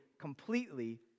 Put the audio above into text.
completely